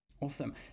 Awesome